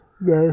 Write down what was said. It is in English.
no